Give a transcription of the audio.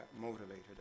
motivated